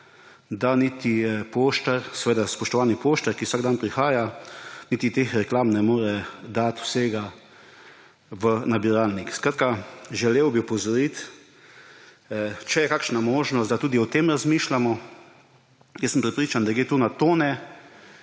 da poštar, seveda spoštovani poštar, ki vsak dan prihaja, niti ne more dati vseh teh reklam v nabiralnik. Skratka, želel bi opozoriti, če je kakšna možnost, da tudi o tem razmišljamo. Jaz sem prepričan, da gre tu na tone